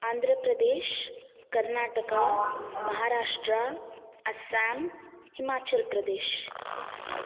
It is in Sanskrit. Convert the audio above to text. आन्ध्रप्रदेशः कर्णाटका महाराष्ट्रा असाम् हिमाचल्प्रदेशः